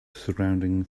surrounding